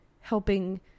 helping